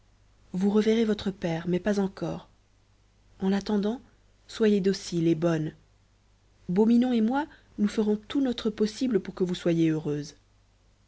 vous reverrez votre père mais pas encore en attendant soyez docile et bonne beau minon et moi nous ferons tout notre possible pour que vous soyez heureuse